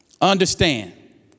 understand